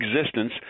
existence